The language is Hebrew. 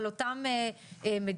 על אותן מיטות,